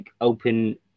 open